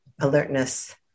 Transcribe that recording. alertness